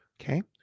Okay